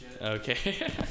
Okay